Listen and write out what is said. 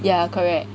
yeah correct